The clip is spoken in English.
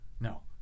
No